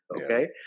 Okay